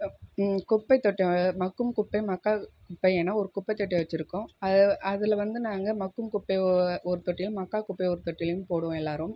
குப்பைத்தொட்டி மக்கும் குப்பை மக்காத குப்பை என ஒரு குப்பைத்தொட்டி வச்சுருக்கோம் அது அதில் வந்து நாங்கள் மக்கும் குப்பை ஒரு ஒரு தொட்டிலையும் மக்கா குப்பை ஒரு தொட்டிலையும் போடுவோம் எல்லாரும்